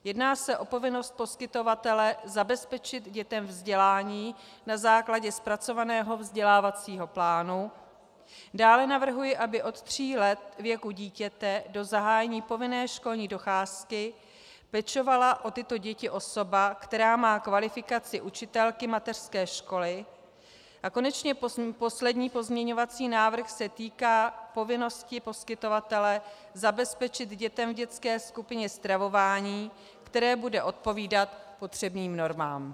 Jedná se o povinnost poskytovatele zabezpečit dětem vzdělání na základě zpracovaného vzdělávacího plánu, dále navrhuji, aby od tří let věku dítěte do zahájení povinné školní docházky pečovala o tyto děti osoba, která má kvalifikaci učitelky mateřské školy, a konečně poslední pozměňovací návrh se týká povinnosti poskytovatele zabezpečit dětem v dětské skupině stravování, které bude odpovídat potřebným normám.